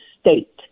state